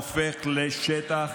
הופך לשטח